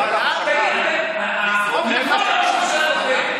זאת, זאת, לקרוא לראש ממשלה נוכל?